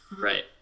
Right